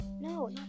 No